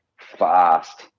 fast